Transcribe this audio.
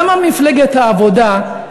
למה מפלגת העבודה,